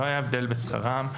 לא היה הבדל בשכרן,